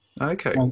Okay